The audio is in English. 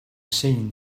seen